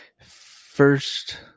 First